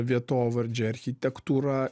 vietovardžiai architektūra